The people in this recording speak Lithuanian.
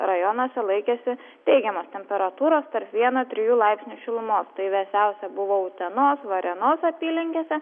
rajonuose laikėsi teigiamos temperatūros tarp vieno trijų laipsnių šilumos vėsiausia buvo utenos varėnos apylinkėse